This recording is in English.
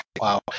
Wow